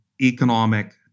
economic